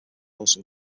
also